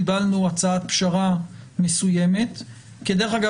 קיבלנו הצעת פשרה מסוימת כי דרך רגב